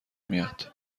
میاد